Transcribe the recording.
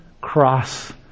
cross